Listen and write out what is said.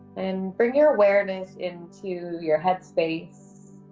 and bring your awareness into your head space.